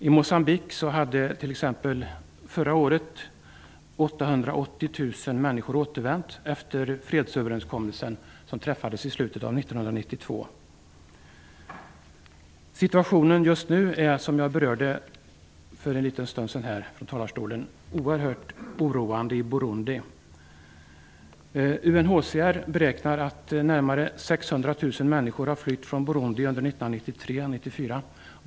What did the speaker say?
I Moçambique hade t.ex. 880 000 människor återvänt förra året efter fredsöverenskommelsen i slutet av 1992. Situationen är oerhört oroande i Burundi. UNHCR beräknar att närmare 600 000 människor har flytt från Burundi under 1993/94.